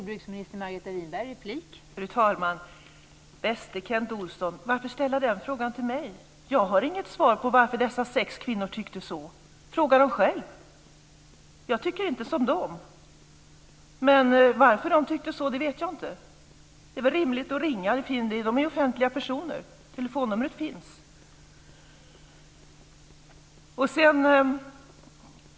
Fru talman! Bäste Kent Olsson! Varför ställa den frågan till mig? Jag har inget svar på varför dessa sju kvinnor tyckte så. Fråga dem i stället! Jag tycker inte som de. Jag vet inte varför de tyckte så. Det är väl rimligt att ringa och fråga dem. De är ju offentliga personer. Telefonnumret finns.